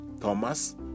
Thomas